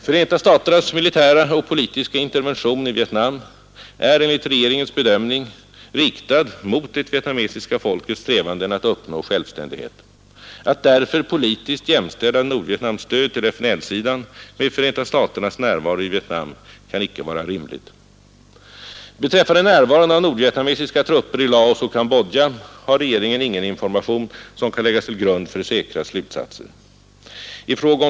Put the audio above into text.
Förenta staternas militära och politiska intervention i Vietnam är enligt regeringens bedömning riktad mot det vietnamesiska folkets strävanden att uppnå självständighet. Att därför politiskt jämställa Nordvietnams stöd till FNL-sidan med Förenta staternas närvaro i Vietnam kan inte vara rimligt. Beträffande närvaron av nordvietnamesiska trupper i Laos och Cambodja har regeringen ingen information, som kan läggas till grund för säkra slutsatser.